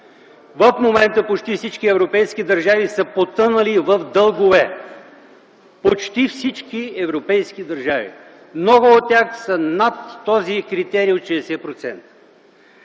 В момента почти всички европейски държави са потънали в дългове, почти всички европейски държави! Много от тях са над този критерий от 60